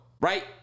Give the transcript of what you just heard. Right